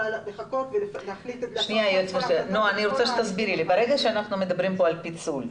ברגע שאנחנו מדברים כאן על פיצול,